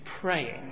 praying